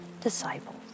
disciples